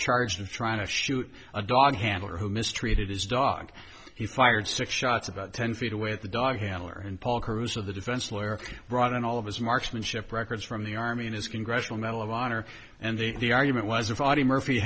charged with trying to shoot a dog handler who mistreated his dog he fired six shots about ten feet away at the dog handler and paul caruso the defense lawyer brought in all of his marksmanship records from the army and his congressional medal of honor and they the argument was if audie murphy